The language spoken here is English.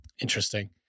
Interesting